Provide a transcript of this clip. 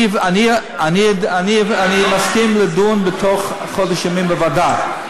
אני מסכים לדון בתוך חודש ימים בוועדה,